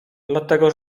dlatego